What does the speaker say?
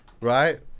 right